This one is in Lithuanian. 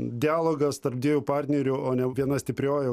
dialogas tarp dviejų partnerių o ne viena stiprioji